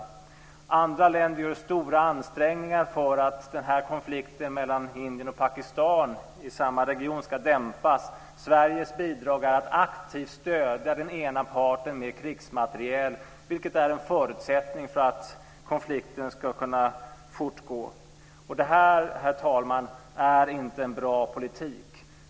Andra länder gör stora ansträngningar för att den här konflikten mellan Indien och Pakistan i samma region ska dämpas. Sveriges bidrag är att aktivt stödja den ena parten med krigsmateriel, vilket är en förutsättning för att konflikten ska kunna fortgå. Det här, herr talman, är inte en bra politik.